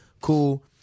cool